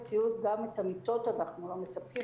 חלק מהציוד גם את המיטות אנחנו לא מספקים,